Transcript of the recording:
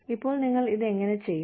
ഇപ്പോൾ നിങ്ങൾ ഇത് എങ്ങനെ ചെയ്യും